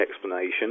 explanation